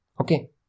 Okay